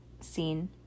scene